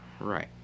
Right